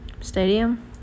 Stadium